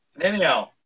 anyhow